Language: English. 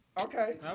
Okay